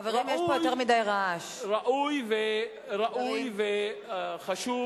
ראוי וחשוב